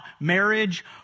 marriage